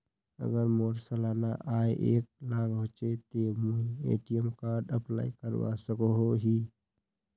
अगर मोर सालाना आय एक लाख होचे ते मुई ए.टी.एम कार्ड अप्लाई करवा सकोहो ही?